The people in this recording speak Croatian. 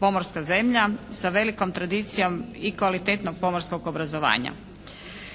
pomorska zemlja sa velikom tradicijom i kvalitetnog pomorskog obrazovanja.